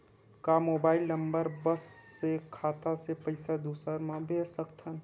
का mobile number बस से खाता से पईसा दूसरा मा भेज सकथन?